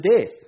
death